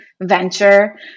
venture